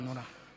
נורא.